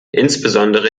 insbesondere